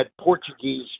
portuguese